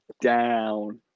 down